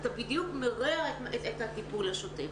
אתה בדיוק מרע את הטיפול השוטף.